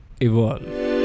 evolve